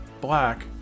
black